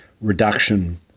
reduction